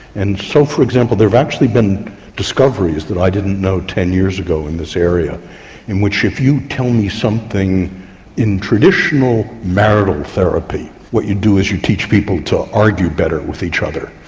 and so for example there have actually been discoveries that i didn't know ten years ago in this area in which, if you tell me something in traditional marital therapy, what you do is you teach people to argue better with each other.